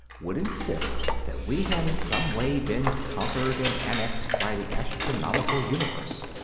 would insist that we had in some way been conquered and annexed by the astronomical universe.